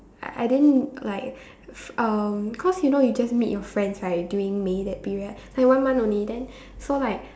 I I didn't like um cause you know you just meet your friends right during May that period like one month only then so like